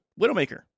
Widowmaker